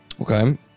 Okay